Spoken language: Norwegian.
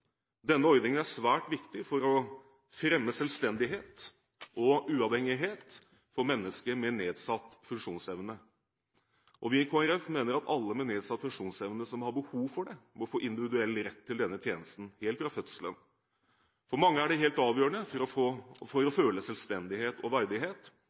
Denne ordningen er svært viktig for å fremme selvstendighet og uavhengighet for mennesker med nedsatt funksjonsevne. Vi i Kristelig Folkeparti mener at alle med nedsatt funksjonsevne som har behov for det, må få individuell rett til denne tjenesten, helt fra fødselen. For mange er det helt avgjørende for å føle selvstendighet og verdighet,